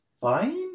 fine